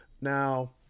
Now